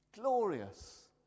Glorious